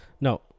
no